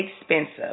expensive